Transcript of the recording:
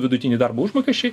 vidutiniai darbo užmokesčiai